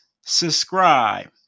subscribe